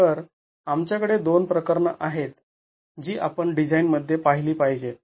तर आमच्याकडे दोन प्रकरणे आहेत जी आपण डिझाईन मध्ये पाहिली पाहिजेत